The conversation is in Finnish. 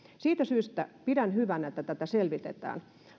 siitä syystä pidän hyvänä että tätä selvitetään